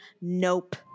Nope